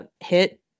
hit